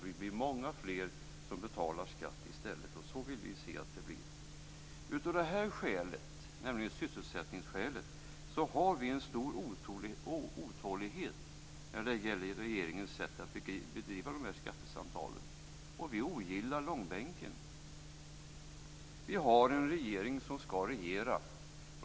Vi blir då många fler som betalar skatt, och så vill vi se att det blir. Av sysselsättningsskäl känner vi alltså en stor otålighet inför regeringens sätt att bedriva skattesamtalen. Vi ogillar långbänken. Regeringen skall regera.